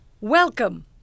Welcome